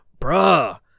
bruh